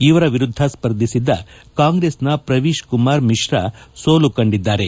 ಇವರ ವಿರುದ್ದ ಸ್ವರ್ಧಿಸಿದ್ದ ಕಾಂಗ್ರೆಸ್ನ ಪ್ರವೀಶ್ ಕುಮಾರ್ ಮಿಶ್ರಾ ಸೋಲುಂದಿದ್ದಾರೆ